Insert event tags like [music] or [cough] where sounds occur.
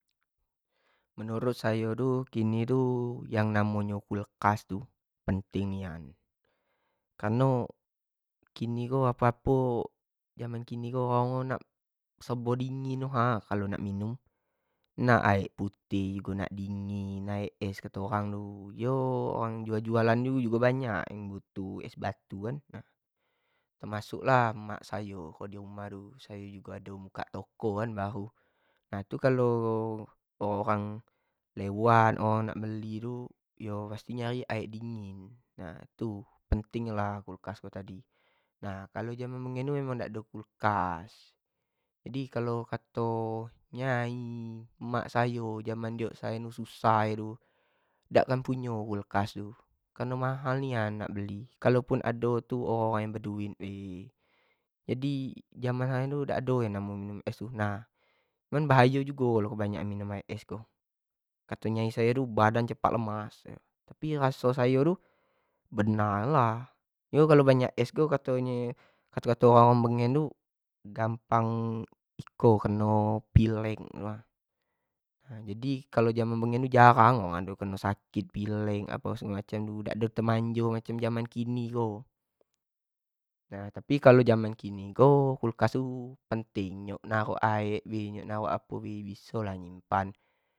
Menurut sayo kini tu yang namo nyo kulkas tu penting nian, kareno kini tu apo-apo zaman kini ko orang-orang nak serbo dingin tu ha orang-orang nak minum, nak aek putih, aek es kato orang tu yo orang-orang jualan jugo banyak yang butuh es batu kan, termasuk lah mak sayo, sayo jugo ado buka toko kan baru, nah itu kalo orang-orang lewat, orang-orang nak beli tu pasti nyo nyari aek nyo aek dingin, nah tu penting nyo lah kulkas tu tadi, nah kalo jaman mengin ni emang dak ado kulkas, jadi kalo kato nyai, emak sayo jaman susah dulu dak akan punyo kulkas tu, kareno mahal nian nak beli, kalo pun ado tu orang-orang yang beduit be, jadi jaman dulu tu dak ado yang namo nyo minum es tu, nah cuma bahayo jugo kalau kebanyak an minum aek es tu, kato nyai sayo tu bdan tu cepat lemas, tapi raso sayo tu benar lah, yo kalo banyak es tu kato orang mengen tu gampang iko kneo pilek lah, jadi kalo mengentu jarang ado oramng keno sakit pilek, apo segalo macam, dak ado temanjo yang jaman kini ko, nah kalo jamn kini ko kulkas tu penting, nak narok ek, narok apo-apo. [unintelligible]